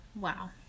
Wow